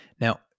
Now